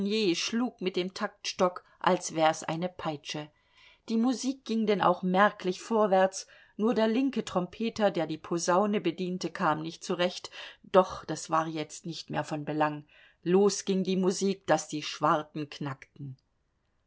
schlug mit dem taktstock als wär's eine peitsche die musik ging denn auch merklich vorwärts nur der linke trompeter der die posaune bediente kam nicht zurecht doch das war jetzt nicht mehr von belang los ging die musik daß die schwarten knackten